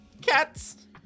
cats